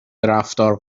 رفتار